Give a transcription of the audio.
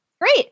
great